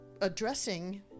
addressing